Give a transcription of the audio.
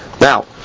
Now